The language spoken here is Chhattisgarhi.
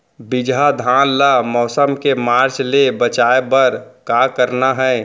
बिजहा धान ला मौसम के मार्च ले बचाए बर का करना है?